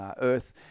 earth